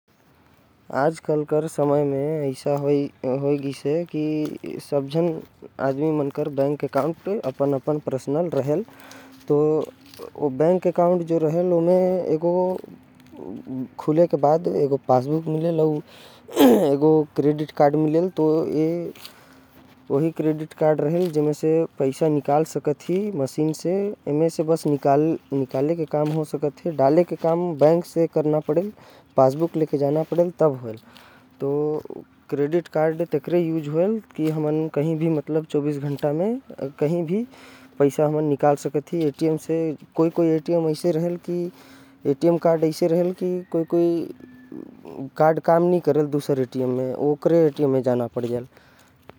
आजकल सबमन के अपन अपन बैंक एकाउंट होथे। जो खुलवात समय बैंक हर पासबुक अउ क्रेडिट कार्ड देहेल। ओ क्रेडिट कार्ड से कोनो भी कही से भी। अपन बैंक एकाउंट स पैसा निकाल सकत हवे।